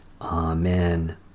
Amen